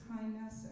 kindness